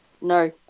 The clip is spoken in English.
No